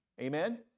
Amen